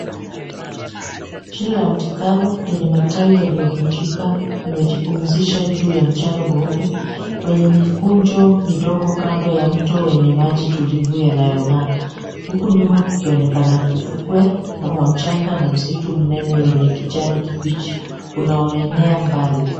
Shina la mti kavu lenye matawi yaliyovunjika, limejipumzisha juu ya mchanga mweupe, wenye mikunjo midogo kando ya mto wenye maji tulivu yanayong'aa. Huku nyuma kukionekana ufukwe wa mchanga na msitu mnene wenye kijani kibichi unaoenea mbali.